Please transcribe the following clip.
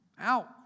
out